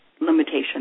limitation